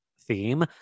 theme